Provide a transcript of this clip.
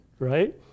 right